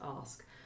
ask